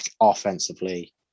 offensively